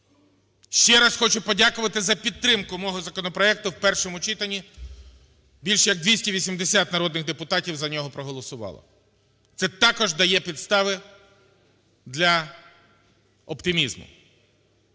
Ще раз хочу подякувати за підтримку мого законопроекту в першому читанні, більше як 280 народних депутатів за нього проголосували. Це також дає підстави для оптимізму.